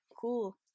cool